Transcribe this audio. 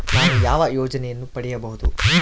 ನಾನು ಯಾವ ಯೋಜನೆಯನ್ನು ಪಡೆಯಬಹುದು?